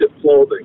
clothing